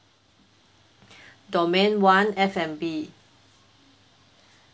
domain one F&B